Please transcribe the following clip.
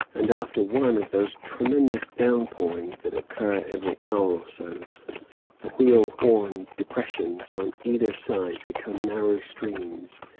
and after one of those tremendous downpourings that occur every hour or so the wheel-worn depressions on either side become narrow streams,